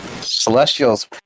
Celestials